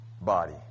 body